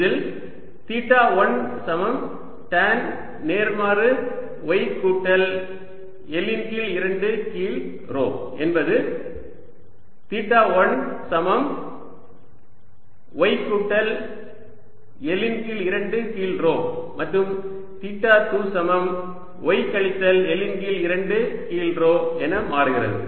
இதில் தீட்டா 1 சமம் டான் நேர்மாறு y கூட்டல் L இன் கீழ் 2 கீழ் ρ என்பது தீட்டா 1 சமம் y கூட்டல் L இன் கீழ் 2 கீழ் ρ மற்றும் தீட்டா 2 சமம் y கழித்தல் L இன் கீழ் 2 கீழ் ρ என மாறுகிறது